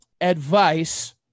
advice